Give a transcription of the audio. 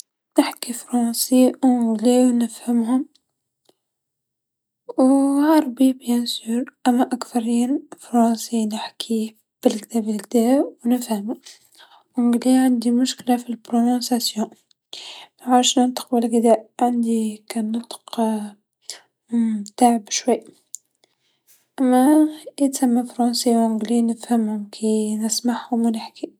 نحكيهمو فونسي و أونغلي و نفهمهم و عربي أكيد، أما أكثريا فرونسي نحكيه بالكذبذاو و نفهمو، أونغلي عندي مشكله في الهدرا منعرفش ننطق و لا كذا، عندي كننطق نتعب شوي، أما يتسمى أونغلي فورنسي نفهمهم كنسمعهم و نحكي